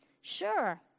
Sure